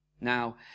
Now